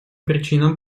причинам